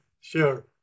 Sure